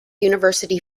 university